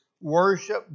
Worship